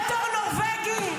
בתור נורבגי,